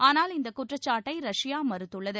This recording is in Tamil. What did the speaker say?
ஆனால் இந்த குற்றச்சாட்டை ரஷ்பா மறுத்துள்ளது